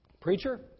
Preacher